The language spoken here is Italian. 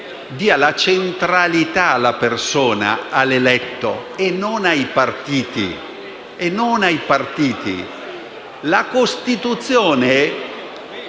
dia centralità alla persona, all'eletto, e non ai partiti. La Costituzione